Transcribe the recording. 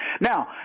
now